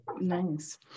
nice